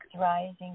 rising